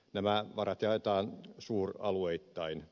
nämä varat jaetaan suuralueittain